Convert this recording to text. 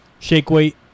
Shakeweight